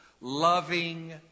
loving